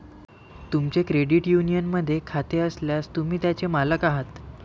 तुमचे क्रेडिट युनियनमध्ये खाते असल्यास, तुम्ही त्याचे मालक आहात